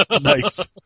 Nice